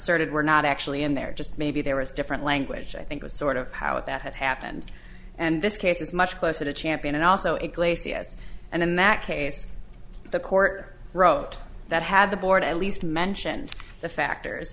asserted were not actually in there just maybe there was different language i think was sort of how it that had happened and this case is much closer to champion and also iglesias and a mat case the court wrote that had the board at least mention the factors